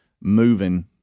moving